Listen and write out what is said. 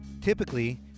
typically